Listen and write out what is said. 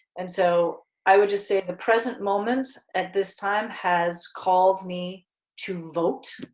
and so i would just say the present moment, at this time has called me to vote,